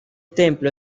templo